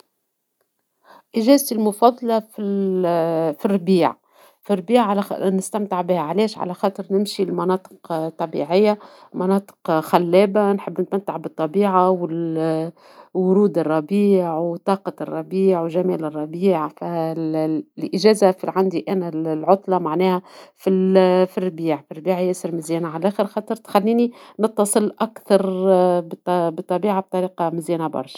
اجازتي المفضلة في الربيع ، في الربيع نستمتع بها علاش ، على خاطر نمشي المناطق الطبيعية ، مناطق خلابة ، نحب نستمتع بالطبيعة ، ورود الربيع ، طاقة الربيع ، وجمال الربيع ، فالاجازة تكون عندي أنا العطلة معناها في الربيع ، ياسر مزيانة علخر ، خاطر تخليني نتصل بالطبيعة بطريقة مزيانة برشا.